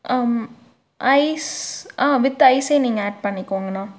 அம் ice ஆ வித்து ஐஸே நீங்கள் ஆட் பண்ணிக்கோங்கண்ணா